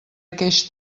aqueix